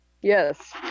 Yes